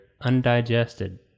undigested